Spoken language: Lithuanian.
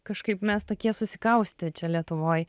kažkaip mes tokie susikaustę čia lietuvoj